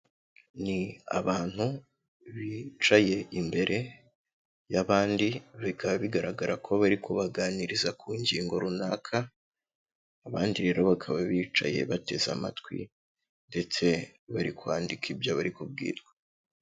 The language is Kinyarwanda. Ni abantu bicaye imbere y'abandi, bikaba bigaragara ko bari kubaganiriza ku ngingo runaka, abandi rero bakaba bicaye bateze amatwi ndetse bari kwandika ibyo bari kubwirwa.